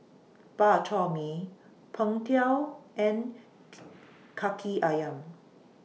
Bak Chor Mee Png Tao and Kaki Ayam